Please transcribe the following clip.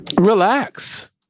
Relax